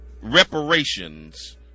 Reparations